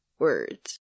words，